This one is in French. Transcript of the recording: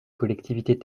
collectivités